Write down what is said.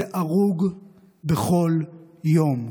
זה הרוג בכל יום.